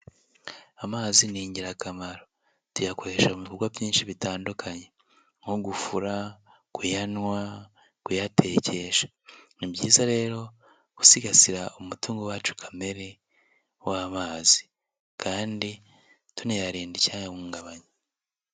Amazi ni ingirakamaro. Tuyakoresha mu bigo byinshi bitandukanye, nko gufura, kuyanywa, kuyatekesha. Ni byiza rero gusigasira umutungo wacu kamere w'amazi kandi tunayarinda icyayahungabanya.